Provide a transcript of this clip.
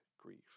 grief